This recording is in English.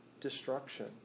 destruction